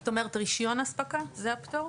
זאת אומרת רישיון הספקה, זה הפטור?